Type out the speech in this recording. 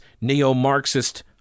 neo-Marxist